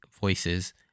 voices